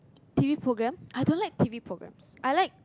t_v programme I don't like t_v programmes I like